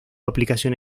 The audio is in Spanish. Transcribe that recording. aplicación